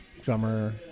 drummer